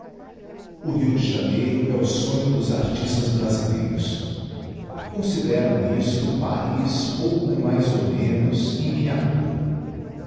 o rio de janeiro é o sonho dos artistas brasileiros consideram isto paris pouco mais ou menos em miniatura